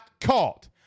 caught